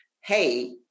hey